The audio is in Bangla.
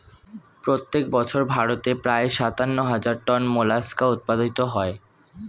প্রত্যেক বছর ভারতে প্রায় সাতান্ন হাজার টন মোলাস্কা উৎপাদিত হয়